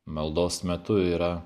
maldos metu yra